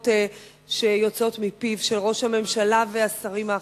הנבובות שיוצאות מפיו של ראש הממשלה ומהשרים האחרים.